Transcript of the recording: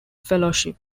fellowship